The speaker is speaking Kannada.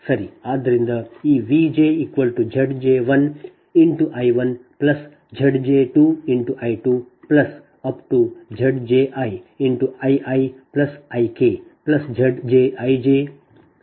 ಆದ್ದರಿಂದ ಇದು ವಾಸ್ತವವಾಗಿ ZbIkVi Vj0 ಆಗಿರುತ್ತದೆ ಅಂದರೆ ನಿಮ್ಮ VjZbIkVi ಸರಿ